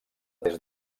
des